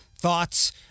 Thoughts